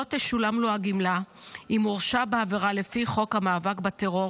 לא תשולם לו הגמלה אם הורשע בעבירה לפי חוק המאבק בטרור,